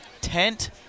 Tent